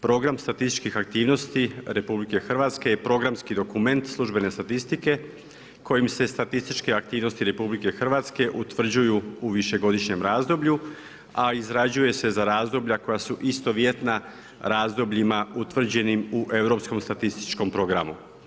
Program statističkih aktivnosti RH je programski dokument službene statistike kojim se statističke aktivnosti RH utvrđuje u višegodišnjem razdoblju, a izrađuje se za razdoblja koja su istovjetna razdobljima utvrđenim u Europskom statističkom programu.